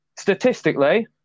Statistically